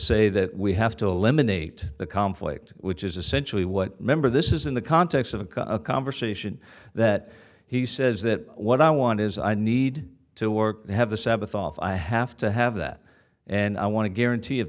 say that we have to eliminate the conflict which is essentially what member this is in the context of a conversation that he says that what i want is i need to work to have the sabbath off i have to have that and i want to guarantee of